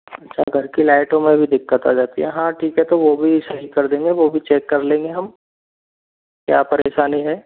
अच्छा घर की लाइटों में भी दिक्कत आ जाती है हाँ ठीक है तो वो भी सही कर देंगे वो भी चेक कर लेंगे हम क्या परेशानी है